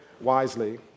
wisely